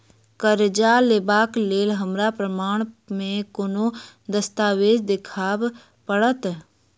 करजा लेबाक लेल हमरा प्रमाण मेँ कोन दस्तावेज देखाबऽ पड़तै?